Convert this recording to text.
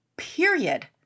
period